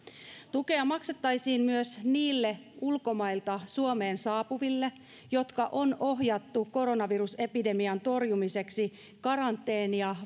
tukea maksettaisiin myös niille ulkomailta suomeen saapuville jotka on ohjattu koronavirusepidemian torjumiseksi karanteenia